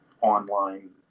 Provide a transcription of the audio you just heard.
online